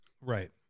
Right